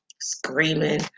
screaming